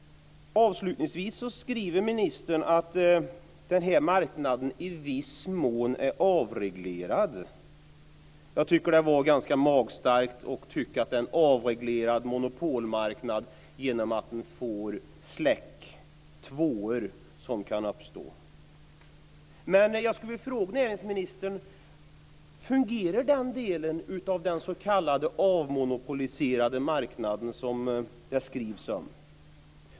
Avslutningsvis skriver ministern att den här marknaden i viss mån är avreglerad. Jag tycker att det var ganska magstarkt att tycka att det är en avreglerad monopolmarknad med tanke på de tvåor som kan uppstå. Jag skulle vilja fråga näringsministern: Fungerar den del av den s.k. avmonopoliserade marknaden som det skrivs om?